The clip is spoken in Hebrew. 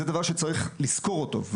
זה דבר שצריך לזכור אותו.